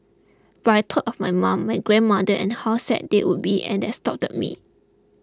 but I thought of my mum my grandmother and how sad they would be and that stopped me